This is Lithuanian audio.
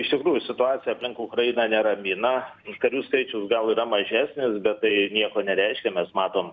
iš tikrųjų situacija aplink ukrainą neramina karių skaičius gal yra mažesnis bet tai nieko nereiškia mes matom